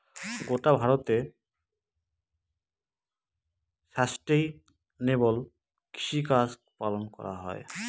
গোটা ভারতে সাস্টেইনেবল কৃষিকাজ পালন করা হয়